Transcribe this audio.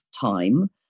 time